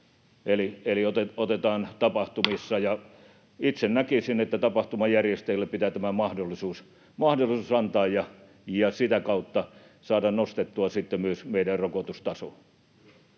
koputtaa] Ja itse näkisin, että tapahtumajärjestäjille pitää tämä mahdollisuus antaa ja sitä kautta saada nostettua sitten myös meidän rokotustasoamme.